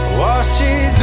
washes